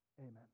Amen